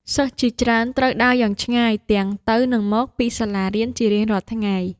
សិស្សជាច្រើនត្រូវដើរយ៉ាងឆ្ងាយទាំងទៅនិងមកពីសាលារៀនជារៀងរាល់ថ្ងៃ។